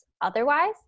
otherwise